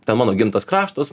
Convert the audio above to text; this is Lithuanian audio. ten mano gimtas kraštas